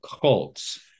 cults